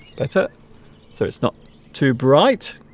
that's it so it's not too bright